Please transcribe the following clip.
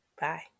Bye